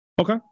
Okay